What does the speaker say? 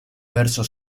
verso